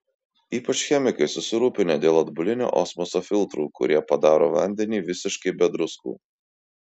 ypač chemikai susirūpinę dėl atbulinio osmoso filtrų kurie padaro vandenį visiškai be druskų